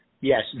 Yes